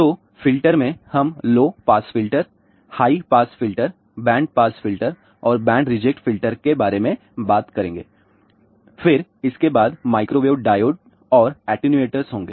तो फिल्टर में हम low pass filter high pass filter band pass filter और बैंड रिजेक्ट फिल्टर के बारे में बात करेंगे फिर इसके बाद माइक्रोवेव डायोड और एटेन्यूएटर्स होंगे